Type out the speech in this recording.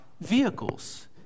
vehicles